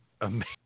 amazing